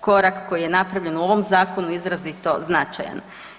korak koji je napravljen u ovom zakonu izrazito značajan.